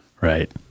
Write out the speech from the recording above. right